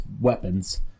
weapons